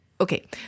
okay